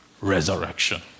resurrection